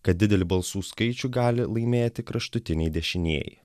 kad didelį balsų skaičių gali laimėti kraštutiniai dešinieji